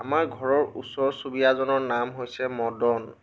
আমাৰ ঘৰৰ ওচৰ চুবুৰীয়াজনৰ নাম হৈছে মদন